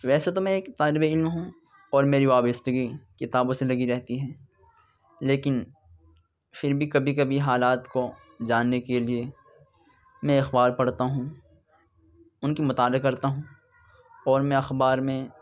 ویسے تو میں ایک طالب علم ہوں اور میری وابستگی کتابوں سے لگی رہتی ہے لیکن پھر بھی کبھی کبھی حالات کو جاننے کے لیے میں اخبار پڑھتا ہوں ان کے مطالعے کرتا ہوں اور میں اخبار میں